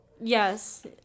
Yes